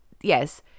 Yes